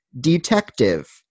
detective